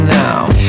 now